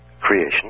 creation